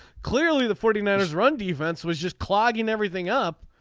clearly the forty nine ers run defense was just clogging everything up.